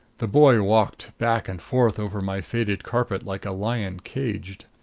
the boy walked back and forth over my faded carpet like a lion caged.